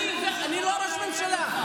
הם לא מרגישים שיש